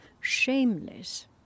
shameless